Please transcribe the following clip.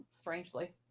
strangely